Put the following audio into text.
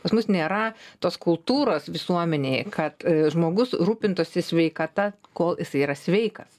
pas mus nėra tos kultūros visuomenėje kad žmogus rūpintųsi sveikata kol jis yra sveikas